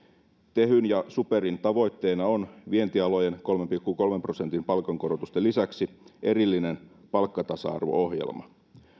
tehyn ja superin tavoitteena on vientialojen kolmen pilkku kolmen prosentin palkankorotusten lisäksi erillinen palkkatasa arvo ohjelma